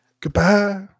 Goodbye